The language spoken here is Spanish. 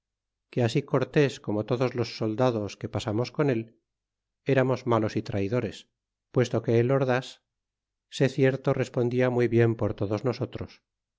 que así cortés como todos los soldados que pasamos con él éramos malos y traidores puesto que el ordas s cierto respondia muy bien por todos nosotros